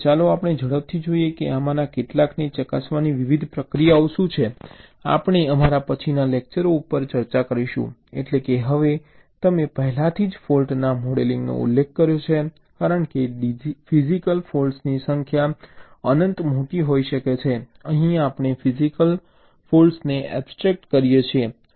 હવે ચાલો આપણે ઝડપથી જોઈએ કે આમાંના કેટલાકને ચકાસવાની વિવિધ પ્રક્રિયાઓ શું છે આપણે અમારા પછીના લેકચરો ઉપર ચર્ચા કરીશું એટલેકે તમે પહેલાથી જ ફોલ્ટ મોડેલિંગનો ઉલ્લેખ કર્યો છે કારણ કે ફિજીકલ ફૉલ્ટ્સની સંખ્યા અનંત મોટી હોઈ શકે છે અહીં આપણે ફિજીકલ ફૉલ્ટ્સને એબસ્ટ્રેક્ટ કરીએ છીએ